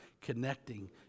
connecting